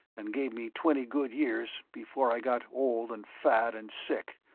and gave me twenty good years before i got old and fat and sick.